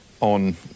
on